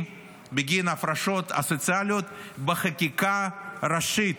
בגין ההפרשות הסוציאליות בחקיקה ראשית,